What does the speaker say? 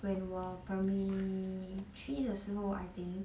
when 我 primary three 的时候 I think